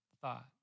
thought